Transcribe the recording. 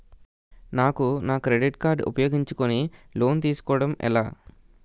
నాకు నా credit card ఉపయోగించుకుని లోన్ తిస్కోడం ఎలా?